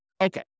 Okay